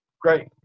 Great